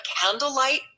candlelight